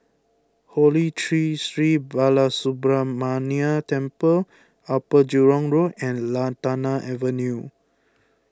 Holy Tree Sri Balasubramaniar Temple Upper Jurong Road and Lantana Avenue